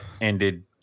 ended